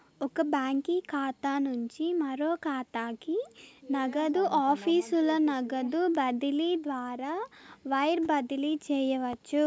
ఒక బాంకీ ఖాతా నుంచి మరో కాతాకి, నగదు ఆఫీసుల నగదు బదిలీ ద్వారా వైర్ బదిలీ చేయవచ్చు